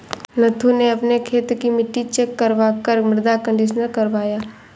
नथु ने अपने खेत की मिट्टी चेक करवा कर मृदा कंडीशनर करवाया